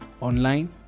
online